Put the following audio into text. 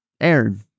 Aaron